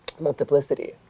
multiplicity